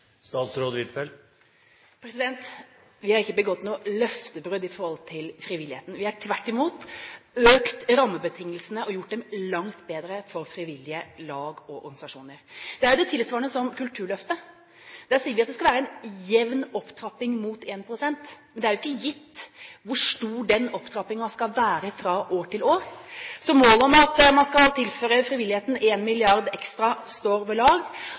Vi har ikke begått noe løftebrudd overfor frivilligheten. Vi har tvert imot økt rammebetingelsene og gjort dem langt bedre for frivillige lag og organisasjoner. Det er det tilsvarende som for Kulturløftet. Der sier vi at det skal være en jevn opptrapping mot 1 pst., men det er jo ikke gitt hvor stor den opptrappingen skal være fra år til år. Målet om at man skal tilføre frivilligheten 1 mrd. kr ekstra, står ved lag.